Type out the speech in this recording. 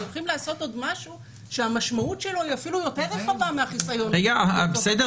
עוד משהו שהמשמעות שלו היא אפילו יותר רחבה מהחיסיון --- בסדר.